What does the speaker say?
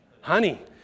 honey